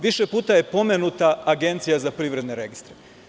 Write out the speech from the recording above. Više puta je pomenuta Agencija za privredne registre.